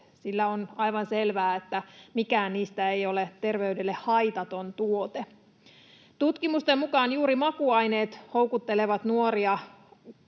sillä on aivan selvää, että mikään niistä ei ole terveydelle haitaton tuote. Tutkimusten mukaan juuri makuaineet houkuttelevat nuoria